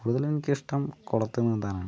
കൂടുതലും എനിക്കിഷ്ടം കുളത്തിൽ നീന്താനാണ്